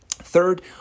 Third